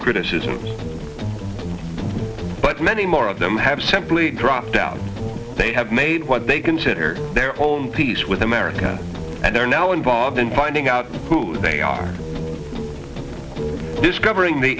criticisms but many more of them have simply dropped out they have made what they consider their own peace with america and are now involved in finding out who they are discovered the